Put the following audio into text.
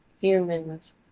humans